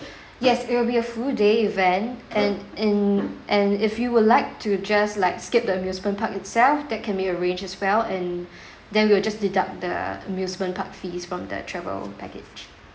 yes it will be a full day event and in and if you would like to just like skip the amusement park itself that can be arranged as well and then we will just deduct the amusement park fees from the travel package